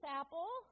apple